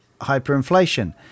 hyperinflation